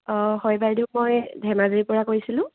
অঁ হয় বাইদেউ মই ধেমাজিৰ পৰা কৈছিলোঁ